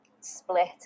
split